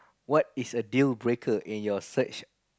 what is a deal breaker in your search